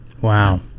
wow